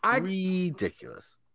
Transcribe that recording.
Ridiculous